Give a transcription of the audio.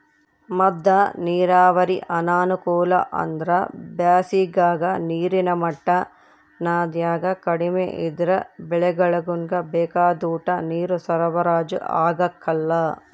ಮದ್ದ ನೀರಾವರಿ ಅನಾನುಕೂಲ ಅಂದ್ರ ಬ್ಯಾಸಿಗಾಗ ನೀರಿನ ಮಟ್ಟ ನದ್ಯಾಗ ಕಡಿಮೆ ಇದ್ರ ಬೆಳೆಗುಳ್ಗೆ ಬೇಕಾದೋಟು ನೀರು ಸರಬರಾಜು ಆಗಕಲ್ಲ